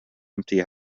empty